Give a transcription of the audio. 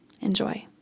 Enjoy